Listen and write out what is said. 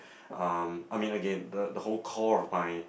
um I mean again the the whole core of my